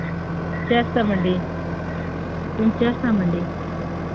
చేస్తామండి మేము చేస్తామండి